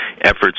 efforts